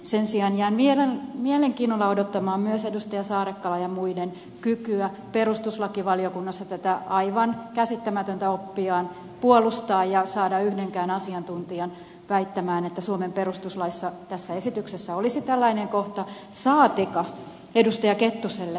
sen sijaan jään mielenkiinnolla odottamaan myös edustaja saarakkalan ja muiden kykyä perustuslakivaliokunnassa tätä aivan käsittämätöntä oppiaan puolustaa ja saada yhtäkään asiantuntijaa väittämään että suomen perustuslaissa tässä esityksessä olisi tällainen kohta saatikka edustaja kettuselle